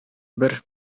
бер